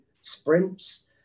sprints